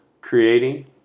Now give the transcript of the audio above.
creating